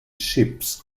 ships